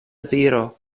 viro